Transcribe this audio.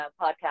podcast